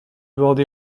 bordée